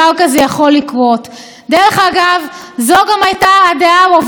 דרך אגב, זו גם הייתה הדעה הרווחת במשרד המשפטים.